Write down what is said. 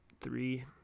three